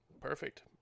Perfect